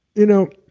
you know,